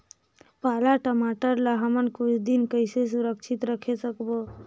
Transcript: पाला टमाटर ला हमन कुछ दिन कइसे सुरक्षित रखे सकबो?